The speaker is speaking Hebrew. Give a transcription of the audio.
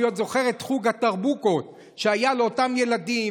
אני עוד זוכר את חוג הדרבוקות שהיה לאותם ילדים,